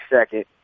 second